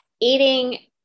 eating